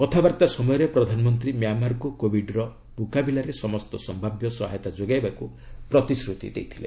କଥାବାର୍ତ୍ତା ସମୟରେ ପ୍ରଧାନମନ୍ତ୍ରୀ ମ୍ୟାମାରକୁ କୋବିଡ୍ର ମୁକାବିଲାରେ ସମସ୍ତ ସମ୍ଭାବ୍ୟ ସହାୟତା ଯୋଗାଇବାକୁ ପ୍ରତିଶ୍ରତି ଦେଇଥିଲେ